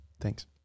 Thanks